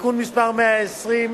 (תיקון מס' 120),